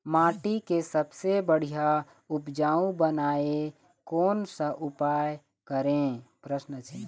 माटी के सबसे बढ़िया उपजाऊ बनाए कोन सा उपाय करें?